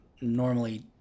normally